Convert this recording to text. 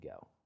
go